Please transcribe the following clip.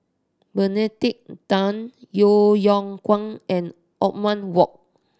Benedict Tan Yeo Yeow Kwang and Othman Wok